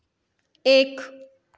एक